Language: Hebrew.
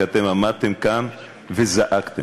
שאתם עמדתם כאן וזעקתם.